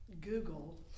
Google